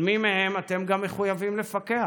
על מי מהם אתם גם מחויבים לפקח,